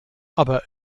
aber